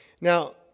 Now